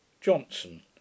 Johnson